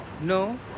No